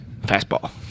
fastball